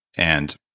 and